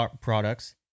products